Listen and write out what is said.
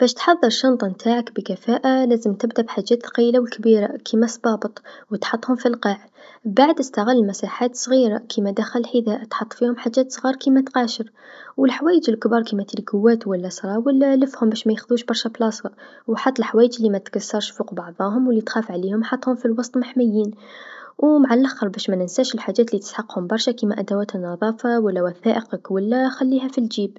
باش تحضر الشنطه نتاعك بكفاءه لازم تبدا بحاجات الثقيله و الكبيرا كيما الصبابط و تحطهم في القاع، بعدها استغل المساحات الصغيره كيما داخل الحذاء تحط فيهم حاجات الصغار كيما تقاشر و الحوايج الكبار كيما تريكوات و لا سراول لفهم باش مايخذوش برشا بلاصه، و حط الحوايج لمتتكسرش فوق بعضاهم و لتخاف عليهم في الوسط محميين، و مع لاخر باش مننساش الحاجات لتحتاجهم برشا كيما أدوات النظافه و لا وثائقك و لا خليها الجيب.